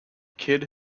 kid